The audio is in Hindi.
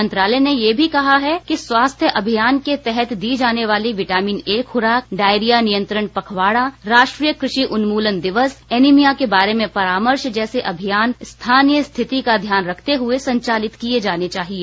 मंत्रालय ने यह भी कहा है कि स्वास्थ्य अभियान के तहत दी जाने वाली विटामिन ए खराक डायरिया नियंत्रण पखवाडा राष्ट्रीय कमि उन्मूलन दिवस एनीमिया के बारे में परामर्श जैसे अभियान स्थानीय स्थिति का ध्यान रखते हुए संचालित किए जाने चाहिए